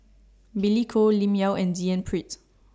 Billy Koh Lim Yau and D N Pritt